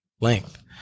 length